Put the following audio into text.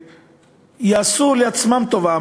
שיעשו לעצמם טובה,